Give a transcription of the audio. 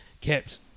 kept